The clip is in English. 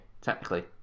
technically